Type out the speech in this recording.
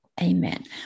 amen